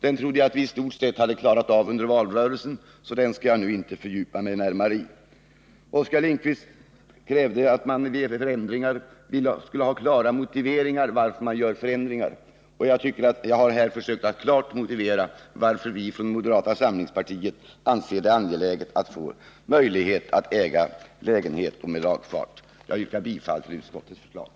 Den trodde jag vi i stort sett hade klarat av under valrörelsen, så den skall jag inte nu fördjupa mig i. Oskar Lindkvist krävde att man skulle ha klara motiveringar till föreslagna förändringar. Jag tycker att jag här försökt att klart motivera varför vi från moderata samlingspartiet anser det angeläget att man får möjlighet att äga lägenhet med lagfart. Herr talman! Jag yrkar bifall till utskottets hemställan.